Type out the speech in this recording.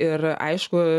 ir aišku